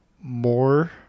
more